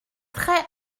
très